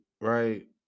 right